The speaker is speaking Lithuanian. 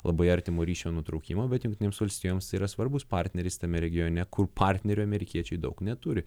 labai artimo ryšio nutraukimą bet jungtinėms valstijoms yra svarbus partneris tame regione kur partnerių amerikiečiai daug neturi